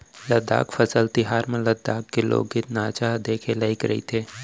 लद्दाख फसल तिहार म लद्दाख के लोकगीत, नाचा ह देखे के लइक रहिथे